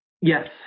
Yes